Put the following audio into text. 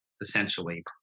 essentially